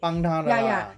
帮他的啦